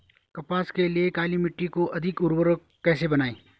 कपास के लिए काली मिट्टी को अधिक उर्वरक कैसे बनायें?